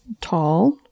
tall